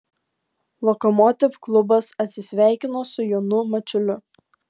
lokomotiv klubas atsisveikino su jonu mačiuliu